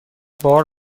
بار